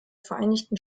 vereinigten